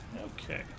Okay